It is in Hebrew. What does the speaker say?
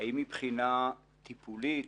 האם מבחינה טיפולית